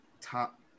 top